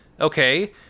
Okay